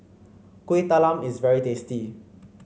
Kuih Talam is very tasty